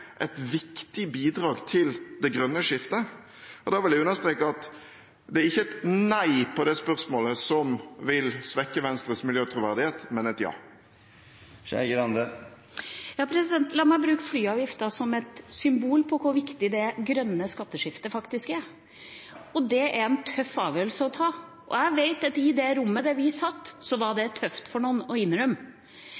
et viktig bidrag til det grønne skiftet? Da vil jeg understreke at det ikke er et nei på det spørsmålet som vil svekke Venstres miljøtroverdighet, men et ja. La meg bruke flyavgifta som et symbol på hvor viktig det grønne skatteskiftet faktisk er. Det er en tøff avgjørelse å ta, og jeg vet at i det rommet vi satt, var det tøft for noen å innrømme.